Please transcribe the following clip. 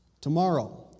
Tomorrow